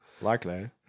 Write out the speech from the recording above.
Likely